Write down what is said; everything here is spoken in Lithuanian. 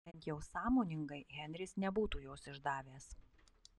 bent jau sąmoningai henris nebūtų jos išdavęs